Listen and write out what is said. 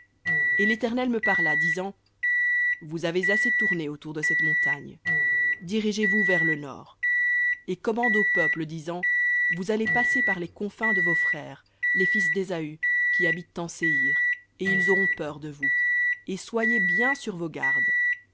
et l'éternel me parla disant vous avez assez tourné autour de cette montagne dirigez vous vers le nord et commande au peuple disant vous allez passer par les confins de vos frères les fils d'ésaü qui habitent en séhir et ils auront peur de vous et soyez bien sur vos gardes